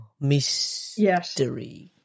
Mystery